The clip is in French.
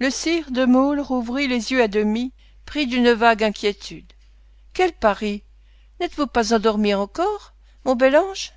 le sire de maulle rouvrit les yeux à demi pris d'une vague inquiétude quel pari n'êtes-vous pas endormie encore mon bel ange